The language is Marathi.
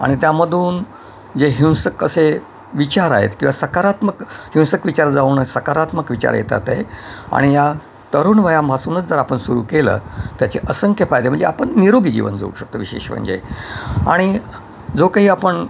आणि त्यामधून जे हिंसक असे विचार आहेत किंवा सकारात्मक हिंसक विचार जाऊन सकारात्मक विचार येतात हे आणि या तरुण वयापासूनच जर आपण सुरू केलं त्याचे असंख्य फायदे म्हणजे आपण निरोगी जीवन जगू शकतो विशेष म्हणजे आणि जो काही आपण